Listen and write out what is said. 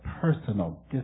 personal